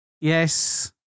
Yes